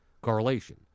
Correlation